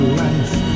life